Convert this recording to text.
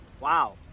Wow